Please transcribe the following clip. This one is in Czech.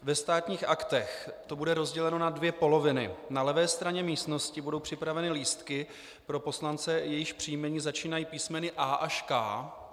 Ve Státních aktech to bude rozděleno na dvě poloviny na levé straně místnosti budou připraveny lístky pro poslance, jejichž příjmení začínají písmeny A až K.